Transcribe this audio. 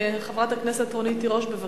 חברת הכנסת רונית תירוש, בבקשה.